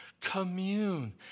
commune